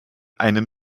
einem